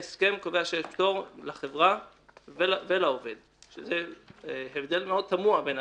ההסכם קובע שיש פטור לחברה ולעובד וזה הבדלים מאוד